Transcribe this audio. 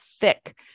thick